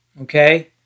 okay